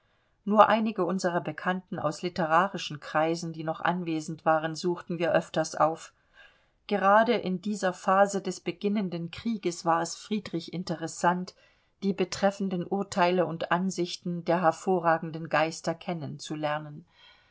nur einige unserer bekannten aus litterarischen kreisen die noch anwesend waren suchten wir öfters auf gerade in dieser phase des beginnenden krieges war es friedrich interessant die betreffenden urteile und ansichten der hervorragenden geister